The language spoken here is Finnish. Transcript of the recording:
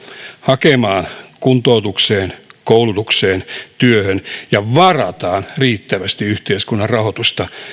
hakemaan kuntoutukseen koulutukseen työhön ja varataan riittävästi yhteiskunnan rahoitusta